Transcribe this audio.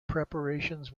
preparations